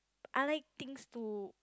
I like things to